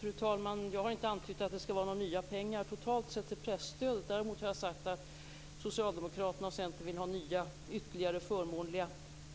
Fru talman! Jag har inte antytt att det kommer att bli några nya pengar totalt sett till presstödet. Däremot har jag sagt att Socialdemokraterna och Centern vill ha nya ytterligare förmånliga